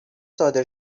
صادر